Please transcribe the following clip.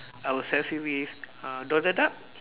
I will selfie with uh Donald duck